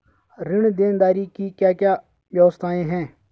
ऋण देनदारी की क्या क्या व्यवस्थाएँ हैं?